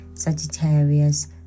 Sagittarius